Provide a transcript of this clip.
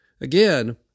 Again